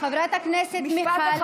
חברת הכנסת מיכל.